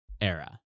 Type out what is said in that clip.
era